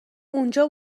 اونجا